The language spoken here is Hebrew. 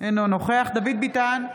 אינו נוכח דוד ביטן,